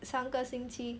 上个星期